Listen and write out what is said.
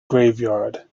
graveyard